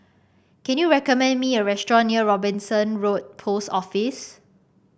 can you recommend me a restaurant near Robinson Road Post Office